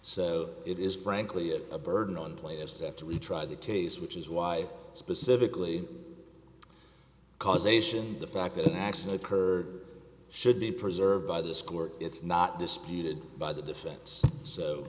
so it is frankly a burden on play just after we try the case which is why i specifically causation the fact that an accident occurred should be preserved by this court it's not disputed by the defense so